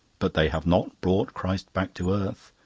but they have not brought christ back to earth.